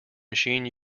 machine